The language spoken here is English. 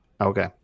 okay